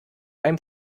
einem